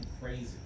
crazy